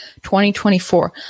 2024